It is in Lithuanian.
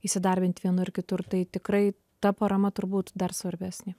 įsidarbinti vienur kitur tai tikrai ta parama turbūt dar svarbesnė